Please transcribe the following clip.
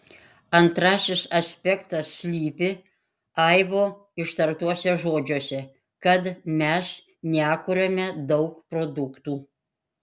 antrasis aspektas slypi aivo ištartuose žodžiuose kad mes nekuriame daug produktų